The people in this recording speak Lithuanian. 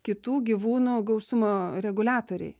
kitų gyvūnų gausumo reguliatoriai